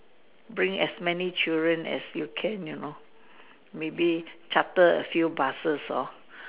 bring as many children as you can you know maybe charter a few buses or